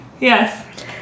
Yes